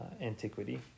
antiquity